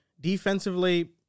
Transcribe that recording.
defensively